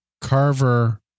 Carver